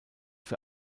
für